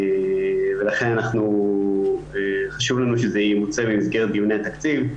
לכן חשוב לנו שזה ימוצה במסגרת דיוני התקציב.